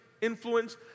influence